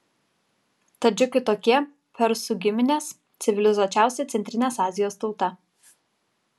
tadžikai tokie persų giminės civilizuočiausia centrinės azijos tauta